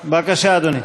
בבקשה, אדוני.